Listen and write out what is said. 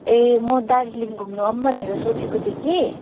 ए म दार्जिलिङ घुम्नु आऊँ भनेर सोचेको थिएँ कि